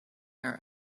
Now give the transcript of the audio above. our